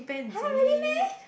[huh] really meh